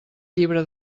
llibre